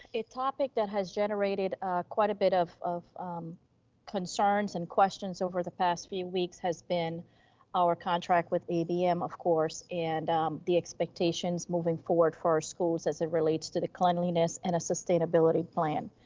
topic that has generated quite a bit of of concerns and questions over the past few weeks has been our contract with abm of course, and the expectations moving forward for our schools, as it relates to the cleanliness and a sustainability plan.